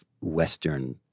Western